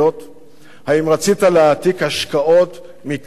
האם רצית להעתיק השקעות מכאן לחו"ל?